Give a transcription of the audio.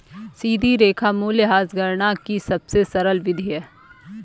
सीधी रेखा मूल्यह्रास गणना की सबसे सरल विधि है